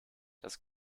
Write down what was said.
das